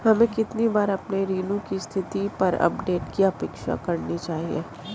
हमें कितनी बार अपने ऋण की स्थिति पर अपडेट की अपेक्षा करनी चाहिए?